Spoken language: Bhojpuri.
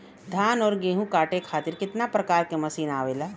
धान और गेहूँ कांटे खातीर कितना प्रकार के मशीन आवेला?